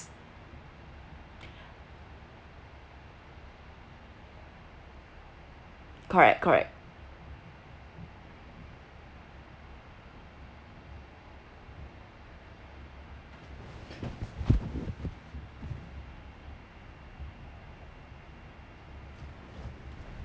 correct correct